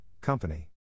Company